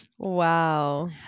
Wow